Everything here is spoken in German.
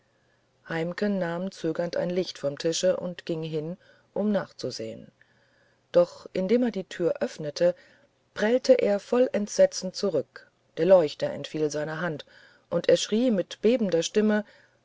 heimken nahm zögernd ein licht vom tische und ging hin um nachzusehen doch indem er die tür öffnete prellte er voll entsetzen zurück der leuchter entfiel seiner hand und er schrie mit bebender stimme